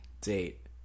Date